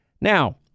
Now